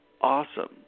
awesome